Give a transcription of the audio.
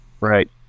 Right